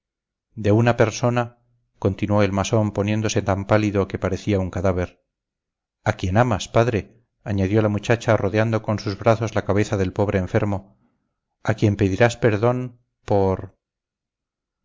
de una persona continuó el masón poniéndose tan pálido que parecía un cadáver a quien amas padre añadió la muchacha rodeando con sus brazos la cabeza del pobre enfermo a quien pedirás perdón por